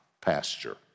pasture